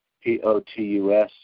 P-O-T-U-S